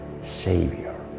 Savior